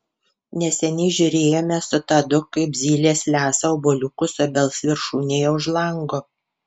neseniai žiūrėjome su tadu kaip zylės lesa obuoliukus obels viršūnėje už lango